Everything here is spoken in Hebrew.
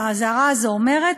והאזהרה הזו אומרת,